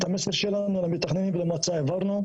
את המסר שלנו למתכננים ולמועצה העברנו.